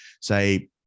say